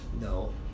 no